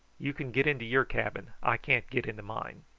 you can get into your cabin i can't get into mine.